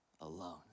alone